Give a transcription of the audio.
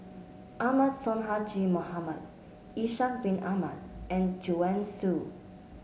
Ahmad Sonhadji Mohamad Ishak Bin Ahmad and Joanne Soo